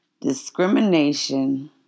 discrimination